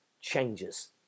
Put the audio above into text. changes